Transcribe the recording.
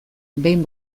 behin